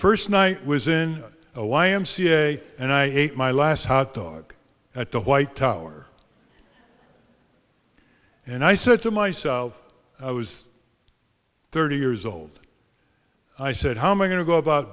first night was in a y m c a and i ate my last hot dog at the white tower and i said to myself i was thirty years old i said how my going to go about